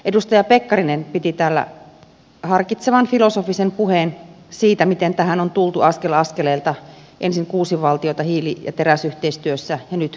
edustaja pekkarinen piti täällä harkitsevan filosofisen puheen siitä miten tähän on tultu askel askeleelta ensin kuusi valtiota hiili ja teräsyhteistyössä ja nyt olemme tässä